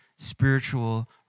spiritual